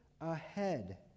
ahead